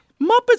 Muppets